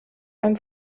beim